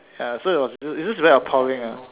ya so it was it was just very appalling